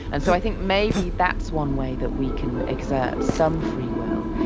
and so i think maybe that's one way that we can exert some free will,